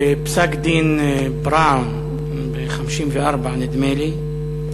בפסק-דין בראון ב-1954, נדמה לי,